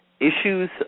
issues